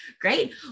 Great